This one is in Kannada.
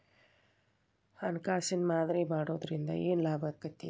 ಹಣ್ಕಾಸಿನ್ ಮಾದರಿ ಮಾಡಿಡೊದ್ರಿಂದಾ ಏನ್ ಲಾಭಾಕ್ಕೇತಿ?